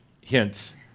hints